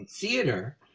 theater